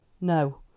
No